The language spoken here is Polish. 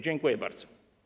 Dziękuję bardzo.